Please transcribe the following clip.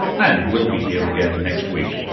and we'll be here again next week.